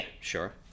sure